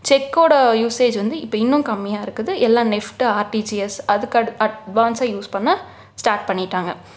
செக்கோட usage வந்து இப்போ இன்னும் கம்மியாக இருக்குது எல்லாம் நெஃப்ட்டு ஆர்டிஜிஎஸ் அதுக்கு அடு அட்வான்ஸாக யூஸ் பண்ண ஸ்டார்ட் பண்ணிவிட்டாங்க